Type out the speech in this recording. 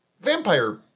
vampire